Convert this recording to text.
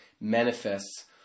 manifests